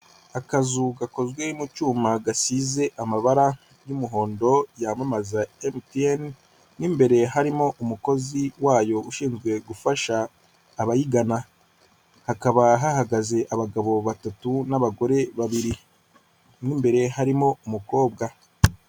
Akazu gakozwe mu cyuma, gasize amabara y'umuhondo yamamaza MTN, mo imbere harimo umukozi wayo ushinzwe gufasha abayigana. Hakaba hahagaze abagabo batatu n'abagore babiri. Mo imbere harimo umukobwa.